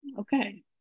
Okay